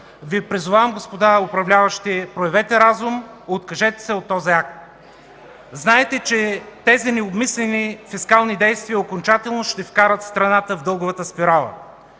Ви призовавам, господа управляващи, проявете разум, откажете се от този акт. Знаете, че тези необмислени фискални действия окончателно ще вкарат страната в дълговата спирала.